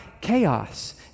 chaos